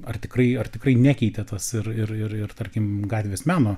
ar tikrai ar tikrai nekeitė tas ir ir ir tarkim gatvės meno